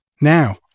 Now